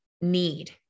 need